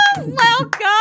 Welcome